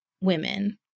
women